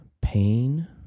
pain